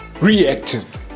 Reactive